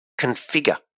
configure